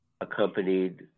accompanied